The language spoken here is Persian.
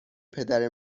پدر